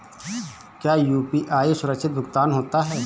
क्या यू.पी.आई सुरक्षित भुगतान होता है?